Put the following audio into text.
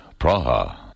Praha